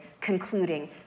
concluding